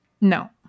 No